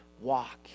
walk